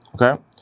Okay